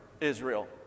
Israel